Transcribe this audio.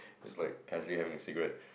is like casually having a cigarette